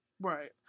Right